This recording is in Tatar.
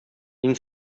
мин